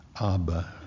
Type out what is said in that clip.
Abba